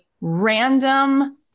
random